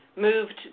Moved